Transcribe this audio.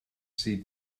sydd